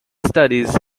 studies